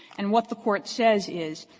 and what the court says is,